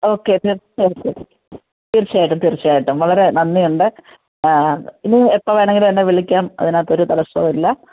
okay തീർച്ചയായിട്ടും തീർച്ചയായിട്ടും തീർച്ചയായിട്ടും വളരെ നന്ദിയുണ്ട് ഇനി എപ്പം വേണമെങ്കിലും എന്നെ വിളിക്കാം അതിനകത്ത് ഒരു തടസ്സവും ഇല്ല